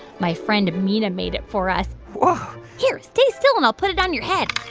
my friend mina made it for us whoa here, stay still, and i'll put it on your head